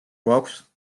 გვაქვს